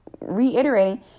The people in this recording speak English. reiterating